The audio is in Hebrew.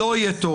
לא יהיה תור.